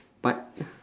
but